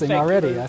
already